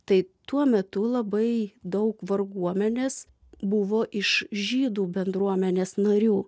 tai tuo metu labai daug varguomenės buvo iš žydų bendruomenės narių